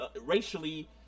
racially